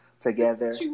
together